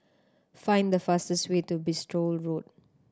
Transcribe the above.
find the fastest way to Bristol Road